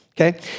Okay